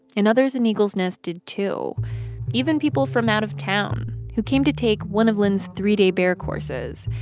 and others in eagles nest did, too even people from out of town who came to take one of lynn's three-day bear courses.